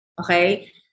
okay